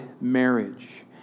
marriage